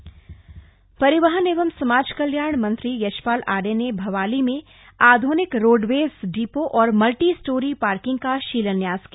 परिवहन मंत्री परिवहन एवं समाज कल्याण मंत्री यशपाल आर्य ने भवाली में आध्निक रोडवेज डिपो और मल्टी स्टोरी पार्किंग का शिलान्यास किया